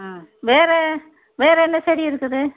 ம் வேறே வேறே என்ன செடி இருக்குது